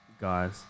guys